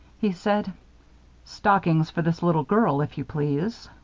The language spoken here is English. he said stockings for this little girl, if you please.